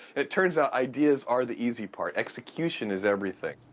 it turns out ideas are the easy part, execution is everything.